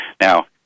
Now